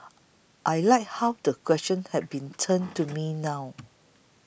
I like how the question has been turned to me now